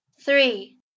Three